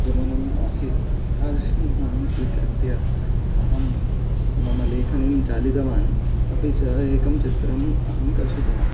गमनम् आसीत् तादृशम् गमनं स्वीकृत्य अहं मम लेखनीं चालितवान् अपि च एकं चित्रम् अहं कर्षितवान्